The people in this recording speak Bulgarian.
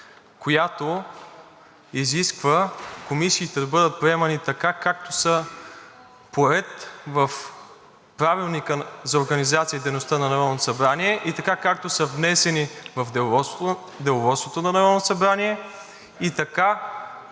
която изисква комисиите да бъдат приемани, така както са поред в Правилника за организацията и дейността на Народното събрание и така както са внесени в Деловодството на Народното събрание, и така